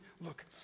Look